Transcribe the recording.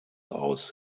aus